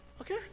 Okay